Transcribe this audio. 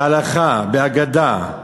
בהלכה, באגדה,